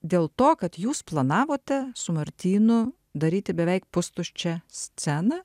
dėl to kad jūs planavote su martynu daryti beveik pustuščią sceną